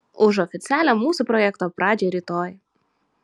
už oficialią mūsų projekto pradžią rytoj